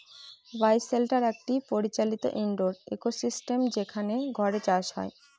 বায় shelter একটি পরিচালিত indoor ecosystem যেখানে ঘরে চাষ হয়